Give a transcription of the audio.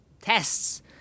tests